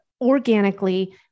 organically